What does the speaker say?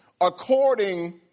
according